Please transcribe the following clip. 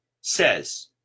says